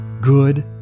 good